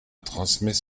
transmet